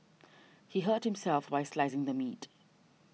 he hurt himself while slicing the meat